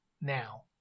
now